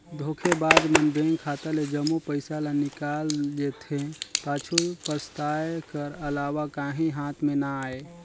धोखेबाज मन बेंक खाता ले जम्मो पइसा ल निकाल जेथे, पाछू पसताए कर अलावा काहीं हाथ में ना आए